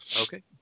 Okay